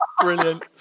brilliant